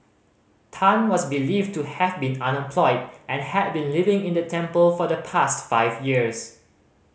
Tan was believed to have been unemployed and had been living in the temple for the past five years